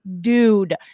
dude